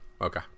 Okay